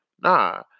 nah